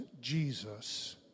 Jesus